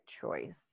choice